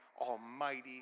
almighty